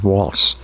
Waltz